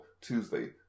Tuesday